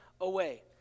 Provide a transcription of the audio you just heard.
away